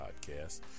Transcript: podcast